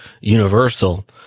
universal